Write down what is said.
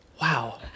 Wow